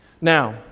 Now